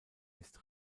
ist